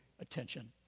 attention